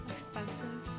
Expensive